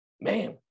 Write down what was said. man